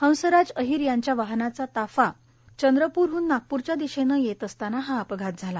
हंसराज अहिर यांच्या वाहनाचा ताफा चंद्रप्रहन नागप्रच्या दिशेनं येत असताना हा अपघात झाला